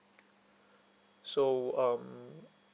so um